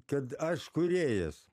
kad aš kūrėjas